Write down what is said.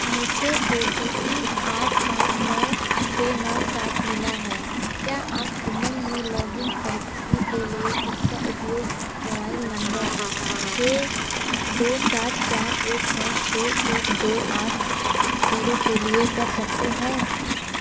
मुझे O T P आठ पाँच नौ छ नौ सात मिला है क्या आप उमंग में लॉगिन करने के लिए उसका उपयोग मोबाइल नम्बर छ दो सात चार एक नौ छ एक दो आठ जीरो के लिए कर सकते हैं